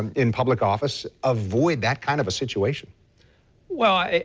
in public office avoid that kind of a situation well,